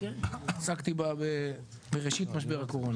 עסקתי בה בראשית משבר הקורונה.